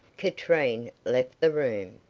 katrine left the room.